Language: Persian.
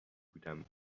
سکوتم